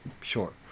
sure